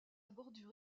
bordure